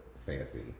Fancy